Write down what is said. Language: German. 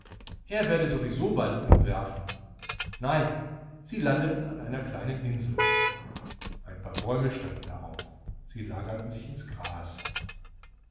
er werde sowieso bald umwerfen nein sie landeten an einer kleinen insel ein paar bäume standen darauf sie lagerten sich ins gras